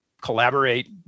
collaborate